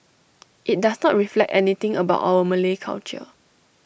IT does not reflect anything about our Malay culture